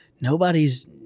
nobody's